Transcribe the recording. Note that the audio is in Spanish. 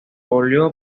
volvió